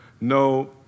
no